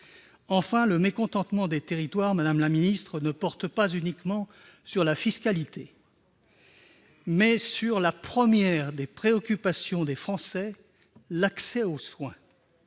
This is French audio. ministre, le mécontentement des territoires ne porte pas uniquement sur la fiscalité, mais sur la première préoccupation des Français : l'accès aux soins.